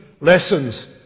lessons